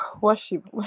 worship